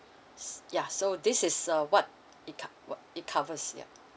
yeah so this is a what it cov~ it covers yeah